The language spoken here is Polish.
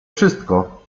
wszystko